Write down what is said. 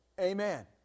Amen